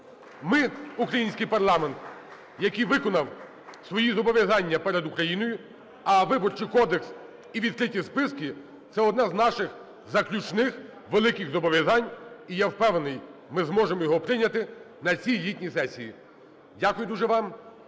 Ми, український парламент, який виконав свої зобов'язання перед Україною. А Виборчий кодекс і відкриті списки – це одне з наших заключних великих зобов'язань. І, я впевнений, ми зможемо його прийняти на цій літній сесії. Дякую дуже вам.